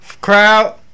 Crowd